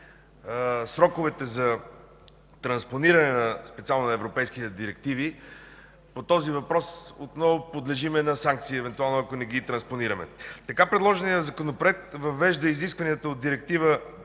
сроковете за транспонирането специално на европейските директиви по този въпрос подлежим на санкции, евентуално ако не ги транспонираме. Предложеният Законопроект въвежда изискванията от Директива